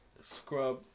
Scrub